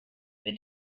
mit